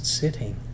sitting